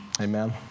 Amen